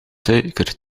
suiker